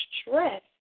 stress